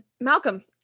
Malcolm